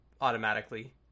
automatically